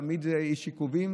תמיד יש עיכובים